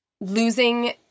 losing